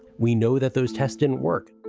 we know that those tests didn't work